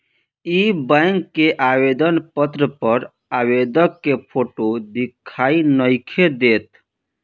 इ बैक के आवेदन पत्र पर आवेदक के फोटो दिखाई नइखे देत